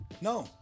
No